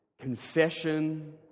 confession